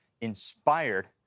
inspired